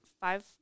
five